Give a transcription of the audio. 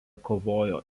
kovojo